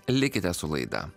likite su laida